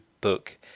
book